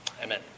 Amen